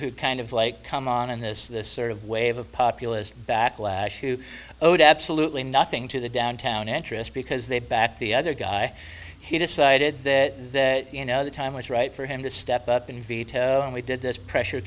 who kind of like come on and this this sort of wave of populist backlash to owed absolutely nothing to the downtown interest because they backed the other guy he decided that you know the time was right for him to step up and veto and we did this pressure